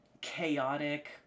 chaotic